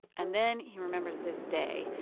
and then he remembers this day.